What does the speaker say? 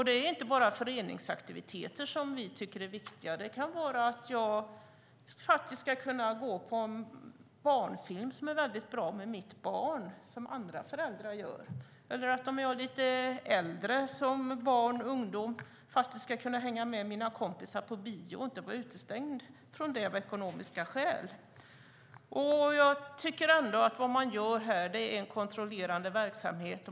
Det är inte bara föreningsaktiviteter som vi tycker är viktiga. Det kan handla om att man ska kunna gå på en barnfilm som jag tycker är bra med mitt barn, precis som andra föräldrar gör. Ett lite äldre barn eller ungdom ska kunna hänga med sina kompisar på bio och inte vara utestängd från det av ekonomiska skäl. Jag tycker att det man gör här är en kontrollerande verksamhet.